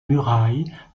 murailles